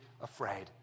afraid